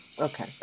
Okay